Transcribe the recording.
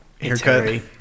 Haircut